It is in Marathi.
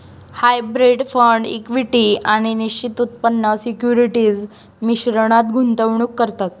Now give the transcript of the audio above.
हायब्रीड फंड इक्विटी आणि निश्चित उत्पन्न सिक्युरिटीज मिश्रणात गुंतवणूक करतात